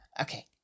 Okay